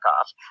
off